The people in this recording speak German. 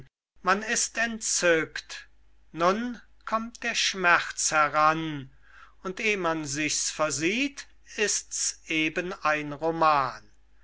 man ist entzückt nun kommt der schmerz heran und eh man sich's versieht ist's eben ein roman